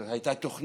זו הייתה תוכנית